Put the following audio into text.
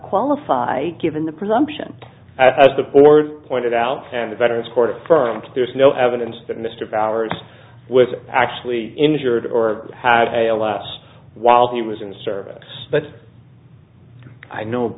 qualify given the presumption as the board pointed out in the veterans court firm to there's no evidence that mr bowers with actually injured or a l s while he was in the service but i know